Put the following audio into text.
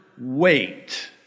wait